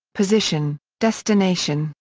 position, destination,